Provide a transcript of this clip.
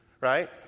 right